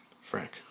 Frank